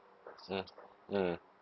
mm mm